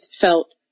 felt